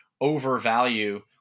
overvalue